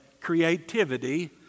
creativity